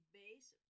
base